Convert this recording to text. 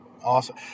Awesome